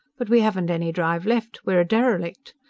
but we haven't any drive left! we're a derelict!